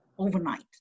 overnight